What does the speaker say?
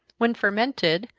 when fermented,